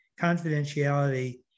confidentiality